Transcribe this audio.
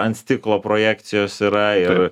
ant stiklo projekcijos yra ir